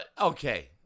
Okay